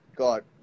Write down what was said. God